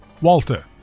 Walter